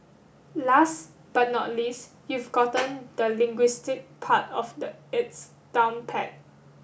last but not least you've gotten the linguistics part of it down pat